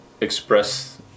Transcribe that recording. express